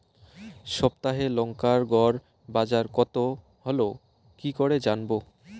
সপ্তাহে লংকার গড় বাজার কতো হলো কীকরে জানবো?